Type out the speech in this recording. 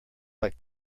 like